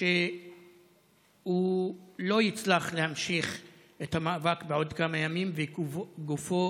שהוא לא יצליח להמשיך את המאבק בעוד כמה ימים וגופו